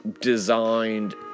designed